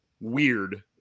weird